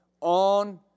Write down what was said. on